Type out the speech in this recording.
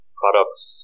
products